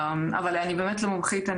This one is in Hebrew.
אבל אני לא באמת מומחית לכך,